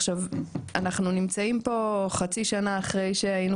עכשיו אנחנו נמצאים פה חצי שנה אחרי שהיינו